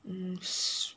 mm s~